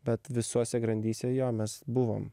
bet visuose grandyse jo mes buvom